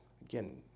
again